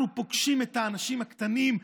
אנחנו פוגשים את האנשים הקטנים,